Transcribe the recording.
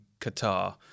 Qatar